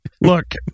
Look